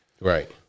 right